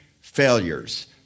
failures